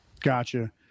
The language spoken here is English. Gotcha